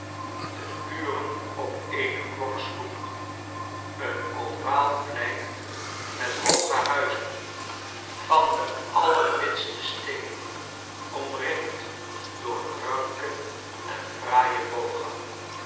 de uren op eene klok sloegen een ovaal plein met hooge huizen van den allerwitsten steen omringd door een ranken en fraaien booggang